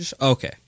Okay